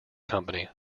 company